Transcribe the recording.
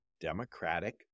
Democratic